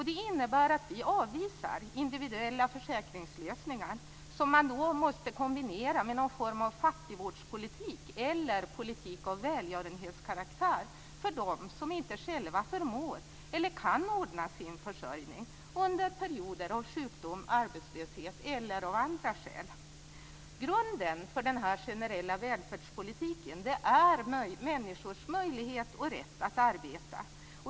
Det innebär att vi avvisar individuella försäkringslösningar som man måste kombinera med någon form av fattigvårdspolitik eller politik av välgörenhetskaraktär för dem som inte själva förmår eller kan ordna sin försörjning under perioder av sjukdom eller arbetslöshet eller av andra skäl. Grunden för denna generella välfärdspolitik är människors möjlighet och rätt att arbeta.